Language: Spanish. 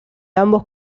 ambos